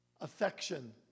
affection